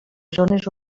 zones